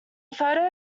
photo